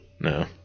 No